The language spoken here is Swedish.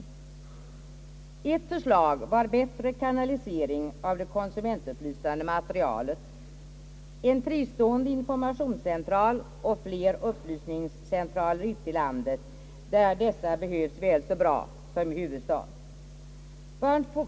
Det föreslogs bättre kanalisering av det konsumentupplysande materialet, en fristående informationscentral och fler upplysningscentraler ute i landet, där dessa behövs väl så bra som i huvudstaden.